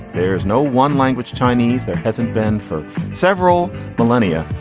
there is no one language chinese. there hasn't been for several millennia.